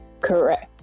Correct